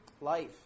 life